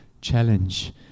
challenge